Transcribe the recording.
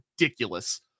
ridiculous